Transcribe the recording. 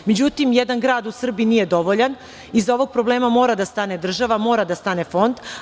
Međutim, jedan grad u Srbiji nije dovoljan, iza ovog problema mora da stane država, mora da stane fond.